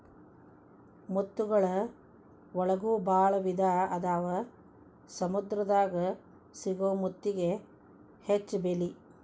ಮುತ್ತುಗಳ ಒಳಗು ಭಾಳ ವಿಧಾ ಅದಾವ ಸಮುದ್ರ ದಾಗ ಸಿಗು ಮುತ್ತಿಗೆ ಹೆಚ್ಚ ಬೆಲಿ